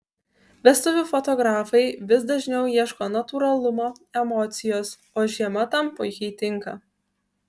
vestuvių fotografai vis dažniau ieško natūralumo emocijos o žiema tam puikiai tinka